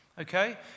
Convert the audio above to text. Okay